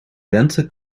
lente